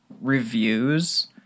reviews